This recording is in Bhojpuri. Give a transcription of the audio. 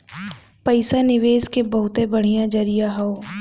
पइसा निवेस के बहुते बढ़िया जरिया हौ